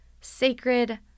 sacred